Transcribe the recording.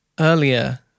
Earlier